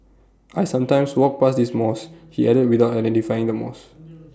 I sometimes walk past this mosque he added without identifying the mosque